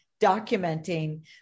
documenting